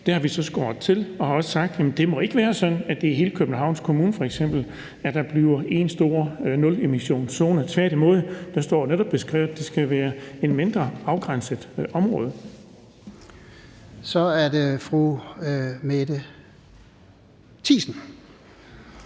Det har vi så skåret til, og vi har også sagt, at det ikke må være sådan, at det f.eks. er hele Københavns Kommune, der bliver én stor nulemissionszone. Tværtimod står der jo netop beskrevet, at det skal være inden for et mindre, afgrænset område. Kl. 13:35 Fjerde